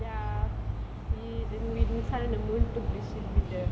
ya he didn't meet the sun and moon took decide with them